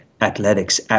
athletics